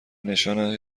نشانهای